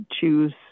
choose